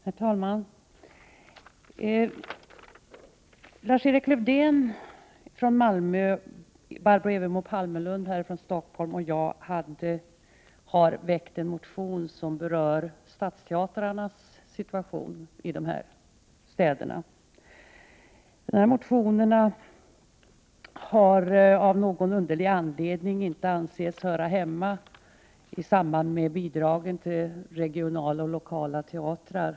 Herr talman! Lars-Erik Lövdén från Malmö, Barbro Evermo Palmerlund från Stockholm och jag har väckt en motion som berör stadsteatrarnas situation i nämnda städer. Motionen har av någon underlig anledning inte ansetts höra hemma i diskussionen om bidragen till regionala och lokala teatrar.